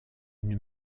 une